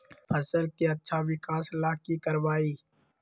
फसल के अच्छा विकास ला की करवाई?